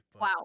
Wow